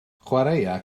chwaraea